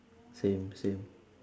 same same